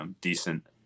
decent –